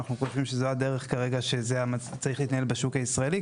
אנחנו חושבים שזו הדרך כרגע שצריכה להיות בשוק הישראלי.